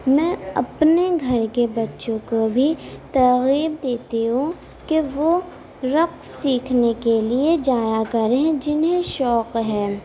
میں اپنے گھر کے بچوں کو بھی ترغیب دیتی ہوں کہ وہ رقص سیکھنے کے لیے جایا کریں جنہیں شوق ہے